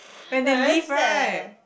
when they leave right